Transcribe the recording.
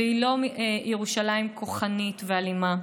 והיא לא ירושלים כוחנית ואלימה.